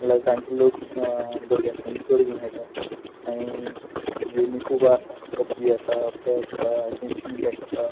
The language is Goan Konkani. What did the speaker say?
म्हणल्या जाण्टी लोक भुरग्यांच्यान चड गेमी खेयटा मागीर गेमी खूब आसा पब जी आसा पेज आसा इंची मॅक आसा